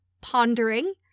pondering